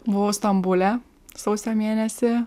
buvau stambule sausio mėnesį